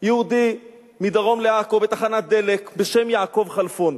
יהודי מדרום לעכו, בתחנת דלק, בשם יעקב חלפון.